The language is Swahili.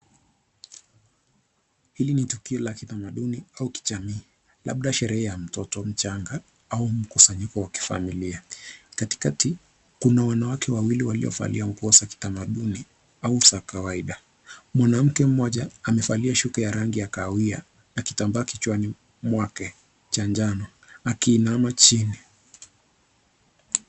Hili ni tukio la kitamaduni au kijamii labda sherehe labda ya mtoto mchanga au mkusanyiko wa kifamilia. Katikati kuna wanawake wawili waliovalia nguo za kitamaduni au za kawaida. Mwanamke mmoja amevalia shuka ya rangi ya kahawia na kitamvaa kichwani mwake akiinama chini.